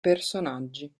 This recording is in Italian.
personaggi